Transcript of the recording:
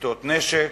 לשביתות נשק,